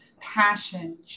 passion